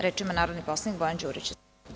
Reč ima narodni poslanik Bojan Đurić.